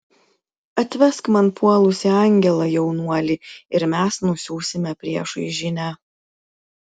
atvesk man puolusį angelą jaunuoli ir mes nusiųsime priešui žinią